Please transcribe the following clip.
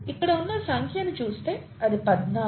ఇక్కడ ఉన్న సంఖ్యను చూస్తే అది 14